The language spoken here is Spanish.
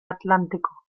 atlántico